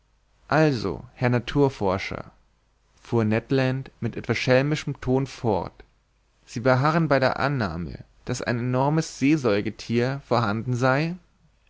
also herr naturforscher fuhr ned land mit etwas schelmischem ton fort sie beharren bei der annahme daß ein enormes seesäugethier vorhanden sei